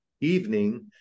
evening